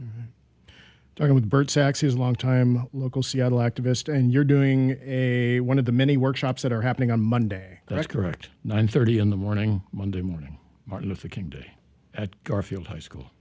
cite talking with bert sax his longtime local seattle activist and you're doing a one of the many workshops that are happening on monday that's correct nine thirty in the morning monday morning martin luther king day at garfield high school